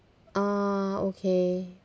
ah okay